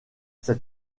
cet